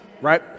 right